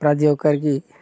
ప్రతి ఒక్కరికి